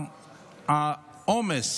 העומס